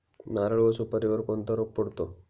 नारळ व सुपारीवर कोणता रोग पडतो?